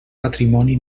patrimoni